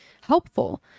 helpful